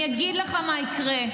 אני אגיד לך מה יקרה.